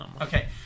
Okay